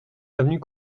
avenue